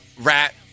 Rat